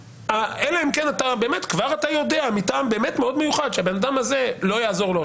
אלא אם כן אתה באמת כבר יודע מטעם מאוד מיוחד שהבן אדם הזה לא יעזור לו,